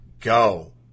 go